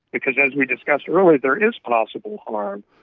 because, as we discussed earlier, there is possible harm.